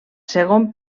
segon